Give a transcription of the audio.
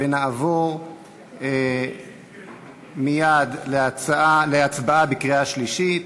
ונעבור מייד להצבעה בקריאה שלישית.